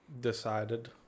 decided